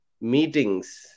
meetings